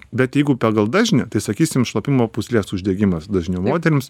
bet jeigu pagal dažnį tai sakysim šlapimo pūslės uždegimas dažniau moterims